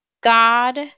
God